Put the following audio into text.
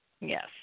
Yes